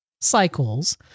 cycles